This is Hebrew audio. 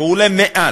הוא עולה מעט.